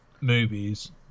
movies